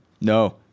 No